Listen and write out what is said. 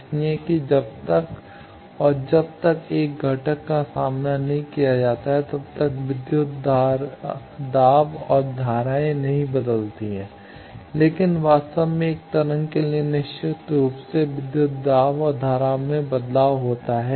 इसलिए कि जब तक और जब तक एक घटक का सामना नहीं किया जाता है तब तक विद्युत दाब और धाराएँ नहीं बदलती है लेकिन वास्तव में एक तरंग के लिए निश्चित रूप से विद्युत दाब और धारा में बदलाव होता है